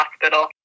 hospital